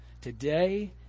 today